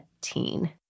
teen